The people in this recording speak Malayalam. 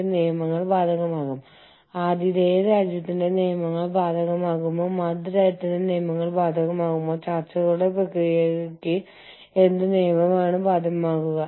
അല്ലെങ്കിൽ വ്യാപ്തിയുടെ സമ്പദ്വ്യവസ്ഥയെ അത്രമാത്രം ചൂഷണം ചെയ്യുന്നില്ല